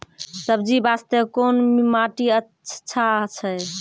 सब्जी बास्ते कोन माटी अचछा छै?